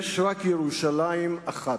יש רק ירושלים אחת.